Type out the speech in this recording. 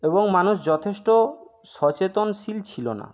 এবং মানুষ যথেষ্ট সচেতনশীল ছিলো না